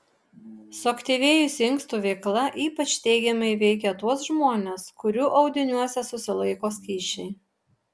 suaktyvėjusi inkstų veikla ypač teigiamai veikia tuos žmones kurių audiniuose susilaiko skysčiai